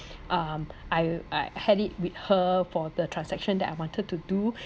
um I I had it with her for the transaction that I wanted to do